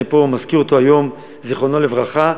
לכן אני מזכיר אותו פה היום, זיכרונו לברכה,